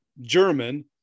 German